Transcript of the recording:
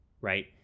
right